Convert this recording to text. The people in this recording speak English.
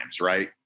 Right